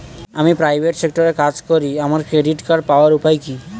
আমি প্রাইভেট সেক্টরে কাজ করি আমার ক্রেডিট কার্ড পাওয়ার উপায় কি?